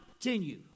continue